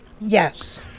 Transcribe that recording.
Yes